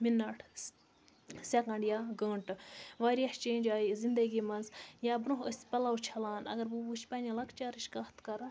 minute second یا گٲنٛٹہٕ واریاہ چینٛج آیہِ زِندگی منٛز یا برٛونٛہہ ٲسۍ پَلو چھَلان اگر بہٕ وٕچھٕ پنٛنہِ لۄکچارٕچ کَتھ کَرٕ